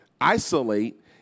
Isolate